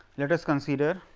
let us consider